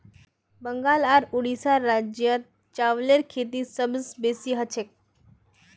बंगाल आर उड़ीसा राज्यत चावलेर खेती सबस बेसी हछेक